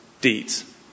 deeds